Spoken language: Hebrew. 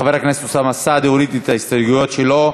חבר הכנסת אוסאמה סעדי הוריד את ההסתייגויות שלו.